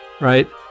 right